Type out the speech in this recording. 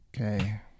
Okay